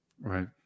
Right